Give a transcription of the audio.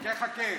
חכה-חכה.